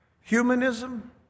Humanism